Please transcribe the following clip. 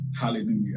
Hallelujah